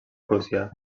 rússia